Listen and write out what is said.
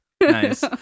Nice